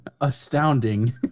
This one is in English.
Astounding